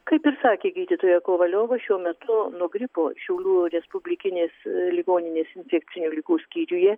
kaip ir sakė gydytoja kovaliova šiuo metu nuo gripo šiaulių respublikinės ligoninės infekcinių ligų skyriuje